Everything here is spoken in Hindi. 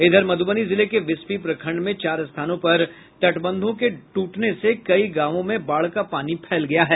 इधर मधुबनी जिले के बिस्फी प्रखंड में चार स्थानों पर तटबंधों के टूटने से कई गांवों में बाढ़ का पानी फैल गया है